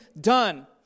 done